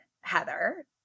Heather